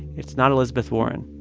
it's not elizabeth warren.